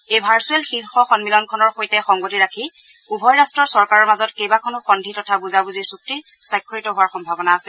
এই ভাৰ্ছুৱেল শীৰ্ষ সমিলনখনৰ সৈতে সংগিত ৰাখি উভয় ৰাষ্টৰ চৰকাৰৰ মাজত কেইবাখনো সদ্ধি তথা বুজাবুজিৰ চুক্তি স্বাক্ষৰিত হোৱাৰ সম্ভাৱনা আছে